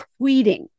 tweeting